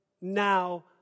now